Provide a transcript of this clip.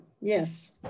Yes